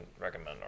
recommend